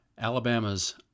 Alabama's